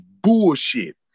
bullshit